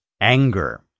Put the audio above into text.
anger